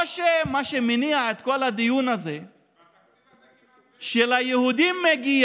בתקציב הזה כמעט אין.